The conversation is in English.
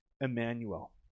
Emmanuel